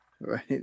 Right